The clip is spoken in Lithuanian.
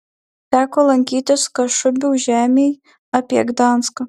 teko lankytis kašubių žemėj apie gdanską